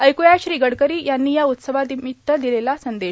एक्या श्री गडकरी यांनी या उत्सवानिमित्त दिलेला संदेश